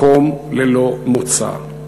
מקום ללא מוצא.